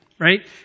Right